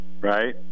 right